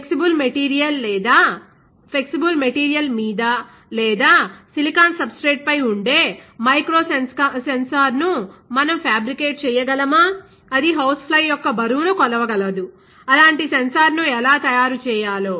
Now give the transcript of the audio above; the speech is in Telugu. ఫ్లెక్సిబుల్ మెటీరియల్ మీద లేదా సిలికాన్ సబ్స్ట్రేట్ పై ఉండే మైక్రో సెన్సార్ను మనం ఫ్యాబ్రికేట్ చేయగలమాఅది హౌస్ఫ్లై యొక్క బరువును కొలవగలదు అలాంటి సెన్సార్ను ఎలా తయారు చేయాలో